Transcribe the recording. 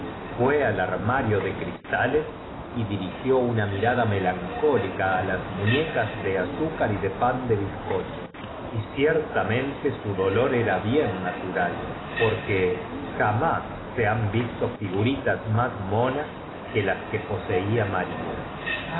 fuó al armario de cristales y diri tufdas por una dulce sonrisa porque integió una mirada melancól ica á las muñecas riormente decfa qué importan pastode azúcar y de pan de bizcocho y cierta res pastoras y borregos si se salva mente su dolor era bien natural porque cascanue ces jamás se han visto figurik'ls más monas pero dijo fritz que habla presencia que las que posefa maria